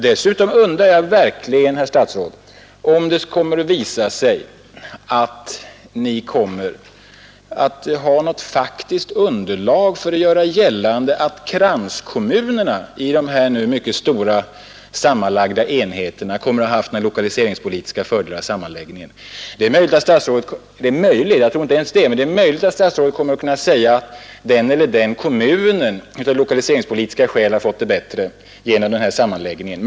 Dessutom undrar jag verkligen, herr statsråd, om det kommer att visa sig att ni har något faktiskt underlag för att göra gällande att kranskommunerna i de mycket stora sammanlagda enheterna får några lokaliseringspolitiska fördelar av sammanläggningen. Det är möjligt — jag tror inte ens det — att statsrådet kommer att kunna säga att den eller den kommunen av lokaliseringspolitiska skäl har fått det bättre genom sammanläggningen.